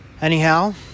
Anyhow